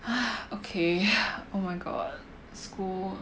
okay oh my god school